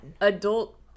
Adult